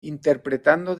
interpretando